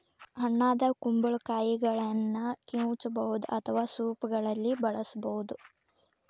ಹಣ್ಣಾದ ಕುಂಬಳಕಾಯಿಗಳನ್ನ ಕಿವುಚಬಹುದು ಅಥವಾ ಸೂಪ್ಗಳಲ್ಲಿ ಬಳಸಬೋದು